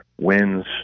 wins